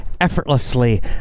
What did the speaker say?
effortlessly